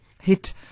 hit